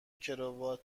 کراوات